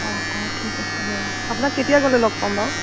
অ' অ' ঠিক আছে বাৰু আপোনাক কেতিয়া গ'লে লগ পাম বাৰু